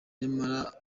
nyamara